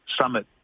summit